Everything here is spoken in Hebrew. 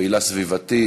פעילה סביבתית,